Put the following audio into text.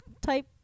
type